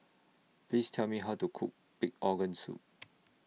Please Tell Me How to Cook Pig Organ Soup